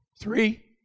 Three